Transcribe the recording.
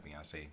Beyonce